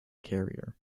carrier